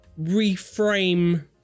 reframe